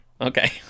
Okay